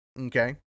Okay